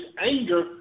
anger